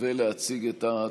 ולהציג את ההצעה.